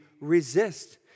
resist